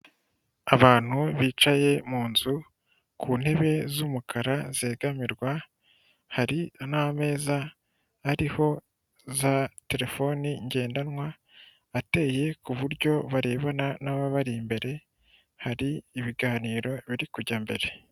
Abantu bicaye mu nzu ku ntebe z'umukara zegamirwa, hari n'ameza ariho za telefoni ngendanwa, ateye ku buryo barebana n'ababari imbere, hari ibiganiro biri kujya mbere.